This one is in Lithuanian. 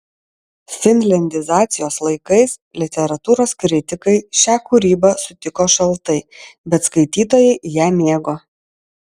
finliandizacijos laikais literatūros kritikai šią kūrybą sutiko šaltai bet skaitytojai ją mėgo